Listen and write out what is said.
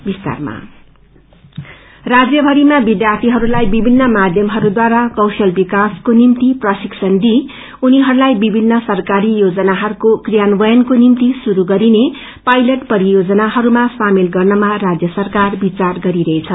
क्रेशन विकास राज्यभरिमा विध्यार्यीहरूलाई विभिन्न माध्यमहरूद्वारा कौशल विकासको निम्ति प्रशिक्षण दिई उनीहरूलाई विभिन्न सरकारी योजनाहरूको क्रियान्वयनको निम्ति श्रुरू गरिने पायलट परियोजनाहरूमा सामेल गर्नमा राज्य सरकार विचार गरिरहेछ